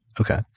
Okay